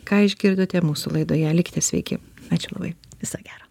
ką išgirdote mūsų laidoje likite sveiki ačiū labai viso gero